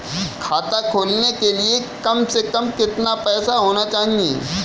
खाता खोलने के लिए कम से कम कितना पैसा होना चाहिए?